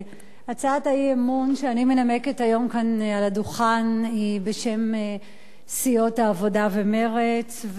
הצעת האי-אמון שאני מנמקת היום כאן על הדוכן היא בשם סיעות העבודה ומרצ,